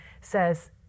says